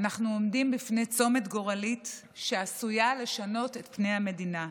אנחנו עומדים בפני צומת גורלי שעשוי לשנות את פני המדינה.